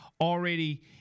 already –